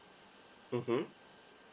mmhmm